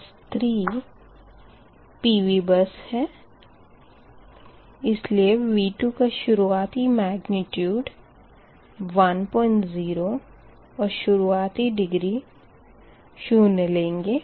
बस 3 PV बस है इसलिए V2 का शुरुआती मेग्निट्यूड 10 और शुरुआती डिग्री शून्य लेंगे